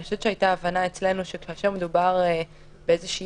היתה הבנה אצלנו שכאשר מדובר בנקודת